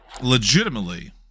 legitimately